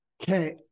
Okay